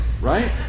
right